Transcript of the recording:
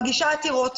מגישה עתירות,